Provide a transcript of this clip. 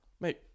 mate